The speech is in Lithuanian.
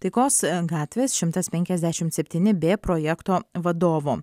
taikos gatvės šimtas penkiasdešimt septyni b projekto vadovo